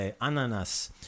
Ananas